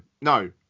no